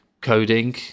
coding